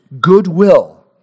goodwill